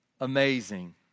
amazing